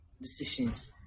decisions